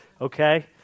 okay